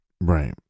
Right